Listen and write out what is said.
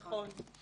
נכון.